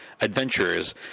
adventurers